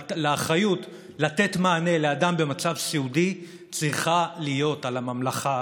האחריות לתת מענה לאדם במצב סיעודי צריכה להיות על הממלכה,